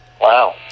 Wow